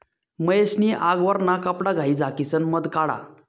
महेश नी आगवरना कपडाघाई झाकिसन मध काढा